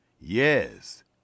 Yes